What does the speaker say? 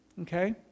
okay